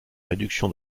réduction